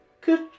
good